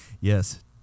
Yes